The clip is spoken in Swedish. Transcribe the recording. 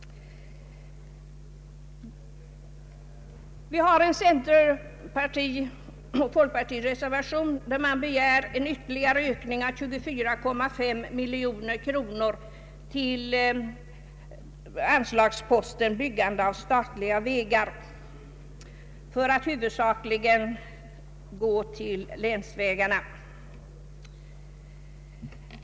I en centerpartioch folkpartimotion begärs en ytterligare ökning med 24,5 miljoner kronor till anslagsposten Byggande av statliga vägar, att huvudsakligen gå till länsvägarna.